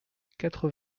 quatre